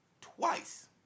twice